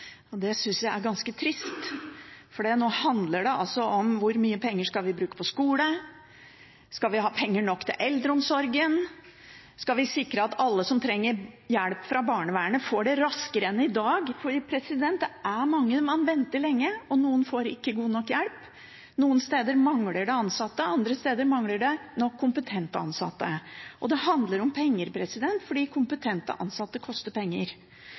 tomt. Det synes jeg er ganske trist, for nå handler det om hvor mye penger vi skal bruke på skole, om vi skal ha penger nok til eldreomsorgen, om vi skal sikre at alle som trenger hjelp fra barnevernet, får det raskere enn i dag. Det er mange som venter lenge, og noen får ikke god nok hjelp. Noen steder mangler det ansatte, andre steder mangler det nok kompetente ansatte. Det handler om penger, for de kompetente ansatte koster penger.